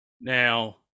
now